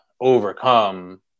overcome